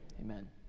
Amen